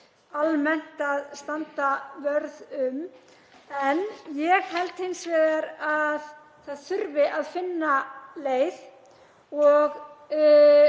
almennt að standa vörð um. En ég held hins vegar að það þurfi að finna leið og